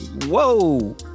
whoa